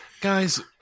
Guys